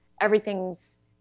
everything's